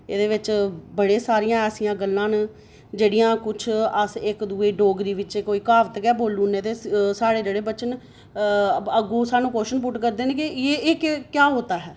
एह्दे बिच बड़ियां सारियां ऐसियां गल्लां न जेह्ड़ियां अस कोई इक्क दूऐ गी कहावत गै बोलू नै न ते साढ़े जेह्ड़े बच्चे न अग्गें दा सानूं कव्एच्शन पुट करदे न केह् यह क्या होता है